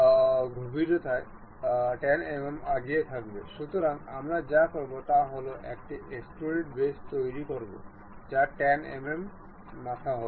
এটি আবার আমাদের দুটি রেফারেন্স প্লেন সেট করতে বলে যার মধ্যে অ্যাঙ্গেল গুলি সেট করতে হবে